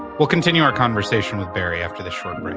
we'll continue our conversation with barry after this short